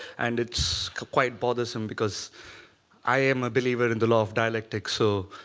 and it's quite bothersome because i am a believer in the law of dialectics. so